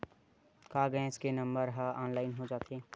का गैस के नंबर ह ऑनलाइन हो जाथे?